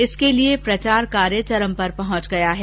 इसके लिये प्रचार कार्य चरम पर पहुंच गया है